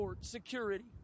security